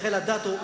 רחל אדטו,